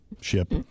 ship